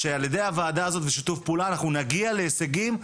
שע"י הוועדה הזאת ושיתוף פעולה אנחנו נגיע להישגים,